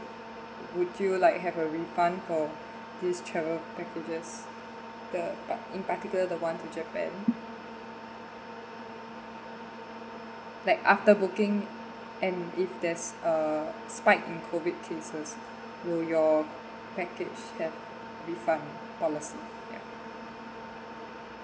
would you like have a refund for this travel packages the in particular the one to japan like after booking and if there's uh spike in COVID cases will your package have refund policy ya